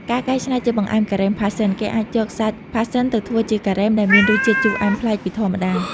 ការកែច្នៃជាបង្អែមការ៉េមផាសសិន គេអាចយកសាច់ផាសសិនទៅធ្វើជាការ៉េមដែលមានរសជាតិជូរអែមប្លែកពីធម្មតា។